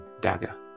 dagger